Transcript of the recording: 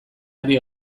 ari